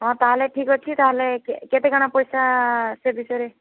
ହଁ ତା'ହେଲେ ଠିକ୍ ଅଛି ତା'ହେଲେ କେତେ କ'ଣ ପଇସା ସେ ବିଷୟରେ